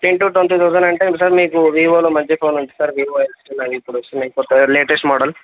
ten to twenty thousand అంటే sir మీకు వీవోలో మంచి ఫోన్ ఉంది సార్ వీవో ఎఫ్ టెన్ అవి ఇప్పుడొస్తున్నాయి కొత్తగా ఫోటో లేటేస్ట్ మోడల్